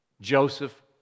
Joseph